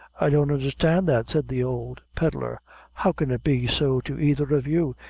i don't understand that, said the old pedlar how can it be so to either of you,